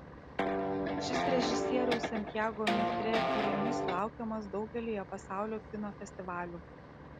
šis režisieriaus santiago mitre kūrinys laukiamas daugelyje pasaulio kino festivalių